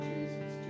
Jesus